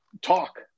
talk